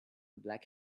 black